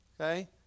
Okay